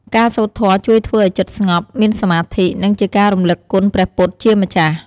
ការសូត្រធម៌ជួយធ្វើឲ្យចិត្តស្ងប់ មានសមាធិ និងជាការរំលឹកគុណព្រះពុទ្ធជាម្ចាស់។